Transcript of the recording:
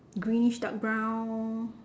greenish dark brown